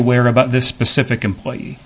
aware about this specific employee